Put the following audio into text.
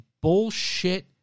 bullshit